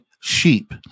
sheep